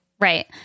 Right